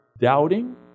doubting